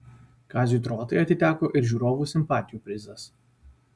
kaziui trotai atiteko ir žiūrovų simpatijų prizas